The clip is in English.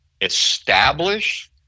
establish